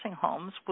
homes